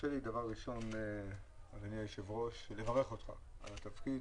סגן שרת התחבורה